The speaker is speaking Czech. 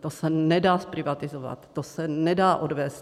To se nedá zprivatizovat, to se nedá nikam odvést.